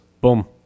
Boom